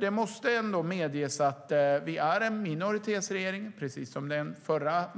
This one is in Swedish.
Det måste ändå medges att vi, precis som den förra